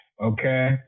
Okay